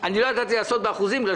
התקופה